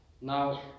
Now